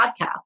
podcast